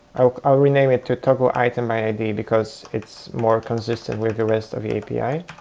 i'll rename it to toggle item by id because it's more consistent with the rest of the api.